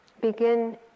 begin